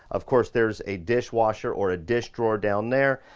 of course, there's a dishwasher or a dish drawer down there.